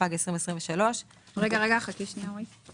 התשפ"ג 2023. בתוקף סמכותי לפי סעיפים 55א ו-56(א)